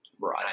right